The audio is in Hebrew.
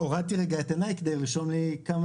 הורדתי רגע את עיניי כדי לרשום לי כמה